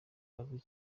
bazwi